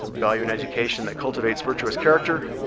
value an education that cultivates virtuous character.